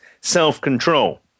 self-control